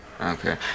okay